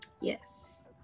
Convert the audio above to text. Yes